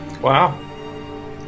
wow